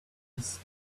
his